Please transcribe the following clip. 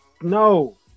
No